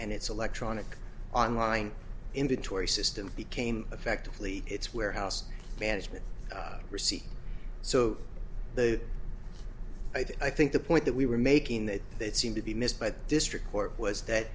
and its electronic online inventory system became effectively its warehouse management receipt so the i think the point that we were making that that seemed to be missed by the district court was that